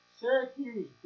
Syracuse